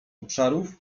obszarów